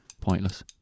Pointless